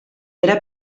era